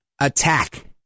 attack